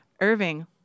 Irving